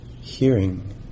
Hearing